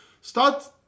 Start